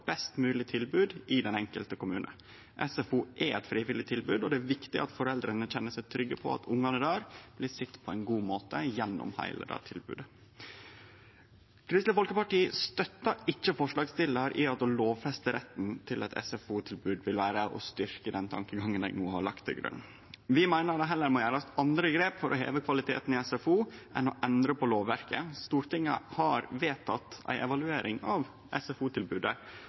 best mogleg tilbod i den enkelte kommunen. SFO er eit frivillig tilbod, og det er viktig at foreldra kjenner seg trygge på at ungane blir sett på ein god måte gjennom heile det tilbodet. Kristeleg Folkeparti støttar ikkje forslagsstillarane i at å lovfeste retten til eit SFO-tilbod vil vere å styrkje den tankegangen eg no har lagt til grunn. Vi meiner ein heller må ta andre grep for å heve kvaliteten i SFO enn å endre på lovverket. Stortinget har vedteke ei evaluering av